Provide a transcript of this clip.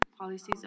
policies